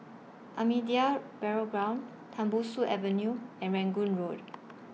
Ahmadiyya Burial Ground Tembusu Avenue and Rangoon Road